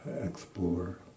explore